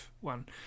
one